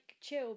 chill